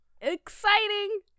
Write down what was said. Exciting